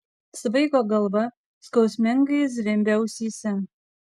svaigo galva skausmingai zvimbė ausyje